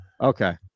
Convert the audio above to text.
okay